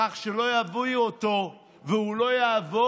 בכך שלא יביאו אותו והוא לא יעבור,